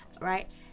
right